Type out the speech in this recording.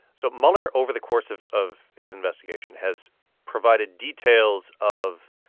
so mueller, over the course of of his investigation, has provided details of